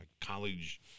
college